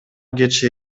кечээ